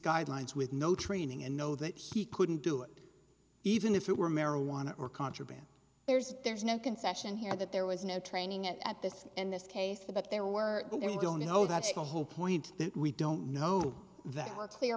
guidelines with no training and know that he couldn't do it even if it were marijuana or contraband there's there's no concession here that there was no training at this in this case that there were there don't you know that's a whole point that we don't know that were clear